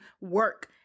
work